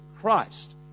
christ